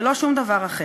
ולא שום דבר אחר.